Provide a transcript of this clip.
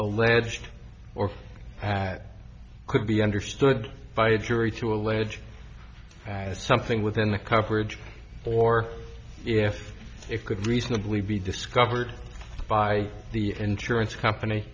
alleged or that could be understood by a jury to allege as something within the coverage or if it could reasonably be discovered by the insurance company